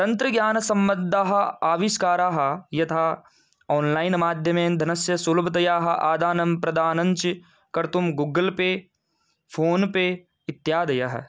तन्त्रज्ञानसम्बद्धाः आविष्काराः यथा आन्लैन् माध्यमेन धनस्य सुलभतयाः आदानं प्रदानञ्च कर्तुं गुग्गल् पे फ़ोन्पे इत्यादयः